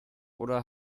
oder